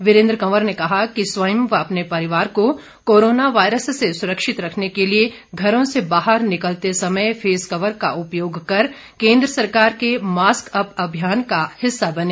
वीरेन्द्र कंवर ने कहा कि स्वयं व अपने परिवार को कोरोना वायरस से सुरक्षित रखने के लिए घरों से बाहर निकलते समय फेस कवर का उपयोग कर केन्द्र सरकार के मास्क अप अभियान का हिस्सा बने